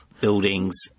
buildings